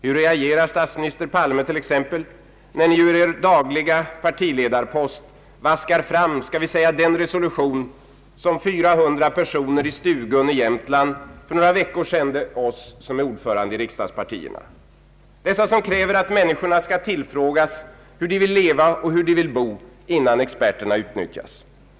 Hur reagerar statsminister Palme t.ex. när Ni ur Er dagliga partiledarpost vaskar fram skall vi säga den resolution som 400 personer i Stugun i Jämtland för några veckor sedan sände till oss som är ordförande i riksdagspartierna? Dessa som kräver att människorna skall tillfrågas hur de vill leva och hur de vill bo, innan experterna utnyttjas!